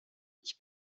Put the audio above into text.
ich